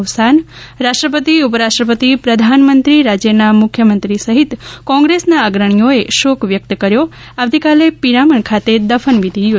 અવસાન રાષ્ટ્રપતિ ઉપરાષ્ટ્રપતિ પ્રધાનમંત્રી રાજયના મુખ્યમંત્રી સહિત કોગ્રેસના અગ્રણીઓએ શોક વ્યકત કર્યો આવતીકાલે પિરામણ ખાતે દફનવિધિ યોજાશે